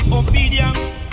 obedience